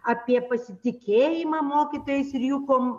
apie pasitikėjimą mokytojais ir jų kom